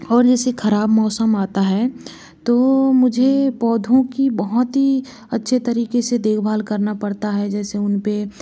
और जैसे खराब मौसम आता है तो मुझे पौधों की बहुत ही अच्छे तरीके से देखभाल करना पड़ता है जैसे उनपे